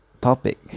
topic